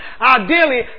Ideally